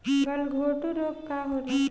गलघोंटु रोग का होला?